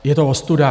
Je to ostuda.